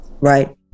Right